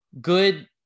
good